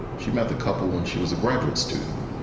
she met the couple when she was a graduate student.